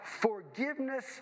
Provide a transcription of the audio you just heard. Forgiveness